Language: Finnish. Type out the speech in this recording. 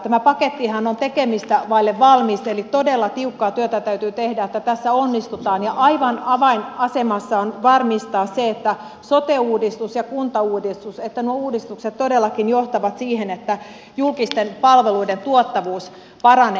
tämä pakettihan on tekemistä vaille valmis eli todella tiukkaa työtä täytyy tehdä että tässä onnistutaan ja aivan avainasemassa on varmistaa se että sote uudistus ja kuntauudistus todellakin johtavat siihen että julkisten palveluiden tuottavuus paranee